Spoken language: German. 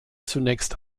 zunächst